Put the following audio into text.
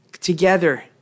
together